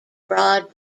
broad